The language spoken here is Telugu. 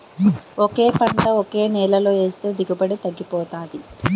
ఒకే పంట ఒకే నేలలో ఏస్తే దిగుబడి తగ్గిపోతాది